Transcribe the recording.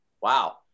wow